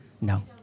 No